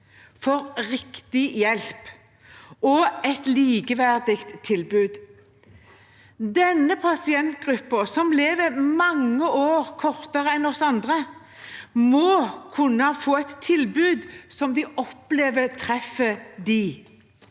for riktig hjelp og et likeverdig tilbud. Denne pasientgruppen som lever mange år kortere enn oss andre, må kunne få et tilbud som de